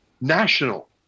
national